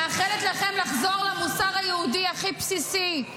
אני מאחלת לכם לחזור למוסר היהודי הכי בסיסי,